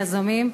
היזמים,